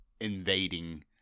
invading